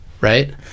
Right